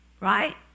right